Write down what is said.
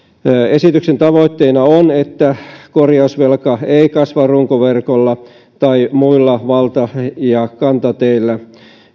esityksen tavoitteena on että korjausvelka ei kasva runkoverkolla tai muilla valta ja kantateillä